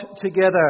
together